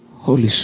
Holy